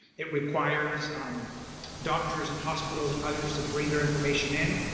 it requires doctors, and hospitals, and others to bring their information in.